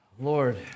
Lord